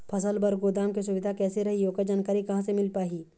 फसल बर गोदाम के सुविधा कैसे रही ओकर जानकारी कहा से मिल पाही?